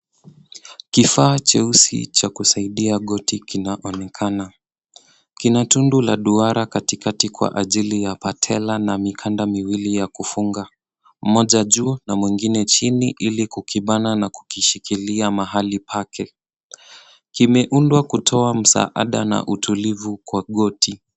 Kifaa cheusi cha kusaidia goti kinaonekana. Kina tundu la duara katikati kwa ajili ya patela na mikanda miwili ya kufunga, moja juu na mwingine chini ili kukibana na kukishikilia mahali pake. Kimeundwa kutoa msaada na utulivu kwa goti.